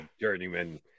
journeyman